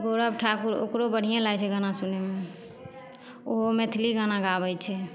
गौरव ठाकुर ओकरो बढ़िएँ लागै छै गाना सुनैमे ओहो मैथिली गाना गाबै छै